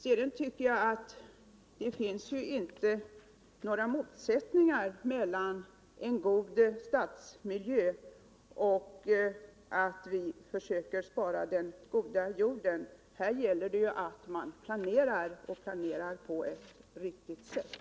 Sedan tycker jag att det inte finns några motsättningar mellan en god stadsmiljö och att vi försöker spara den goda jorden. Här gäller det ju att man planerar på et riktigt sätt.